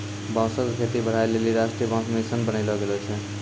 बांसो क खेती बढ़ाय लेलि राष्ट्रीय बांस मिशन बनैलो गेलो छै